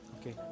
Okay